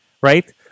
right